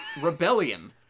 Rebellion